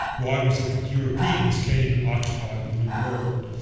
why was it that europeans came and occupied the new world?